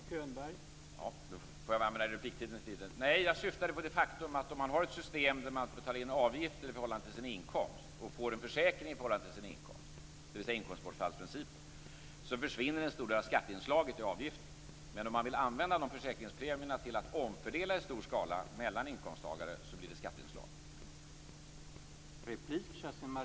Herr talman! Nej, jag syftade på det faktum att om man har ett system där man betalar in avgifter i förhållande till sin inkomst och får en försäkring i förhållande till sin inkomst, dvs. inkomstbortfallsprincipen, så försvinner en stor del av skatteinslaget i avgiften. Men om man vill använda de försäkringspremierna till att omfördela i stor skala mellan inkomsttagare blir det skatteinslag.